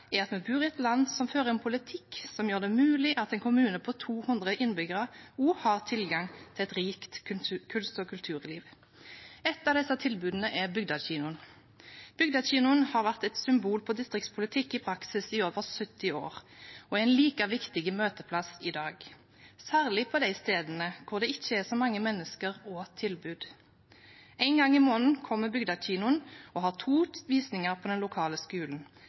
er at vi bor i et land som fører en politikk som gjør det mulig at en kommune på 200 innbyggere også har tilgang til et rikt kunst- og kulturliv. Et av disse tilbudene er Bygdekinoen. Bygdekinoen har vært et symbol på distriktspolitikk i praksis i over 70 år og er en like viktig møteplass i dag, særlig på de stedene hvor det ikke er så mange mennesker og tilbud. En gang i måneden kommer Bygdekinoen og har to visninger på den lokale skolen,